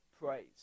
praise